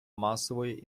масової